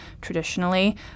traditionally